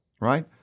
right